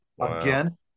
again